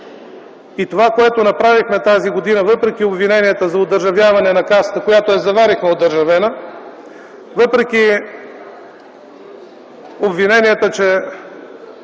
Това, което направихме тази година, въпреки обвиненията за одържавяване на Касата, която заварихме одържавена, въпреки обвиненията, че